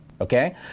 Okay